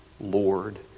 Lord